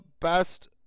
best